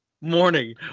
morning